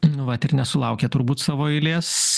nu vat ir nesulaukė turbūt savo eilės